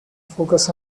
focus